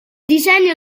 disegno